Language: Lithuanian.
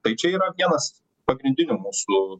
tai čia yra vienas pagrindinių mūsų